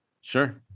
Sure